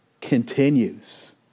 continues